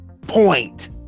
point